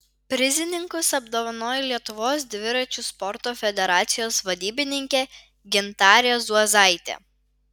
prizininkus apdovanojo lietuvos dviračių sporto federacijos vadybininkė gintarė zuozaitė